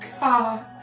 God